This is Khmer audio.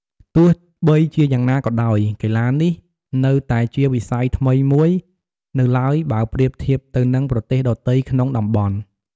ទោះបីជាយ៉ាងណាក៏ដោយ កីឡានេះនៅតែជាវិស័យថ្មីមួយនៅឡើយបើប្រៀបធៀបទៅនឹងប្រទេសដទៃក្នុងតំបន់។